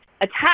attack